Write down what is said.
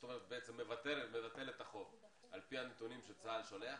בעצם מבטל את החוב על פי הנתונים שצה"ל שולח?